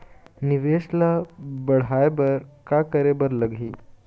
निवेश ला बड़हाए बर का करे बर लगही?